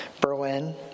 Berlin